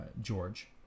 George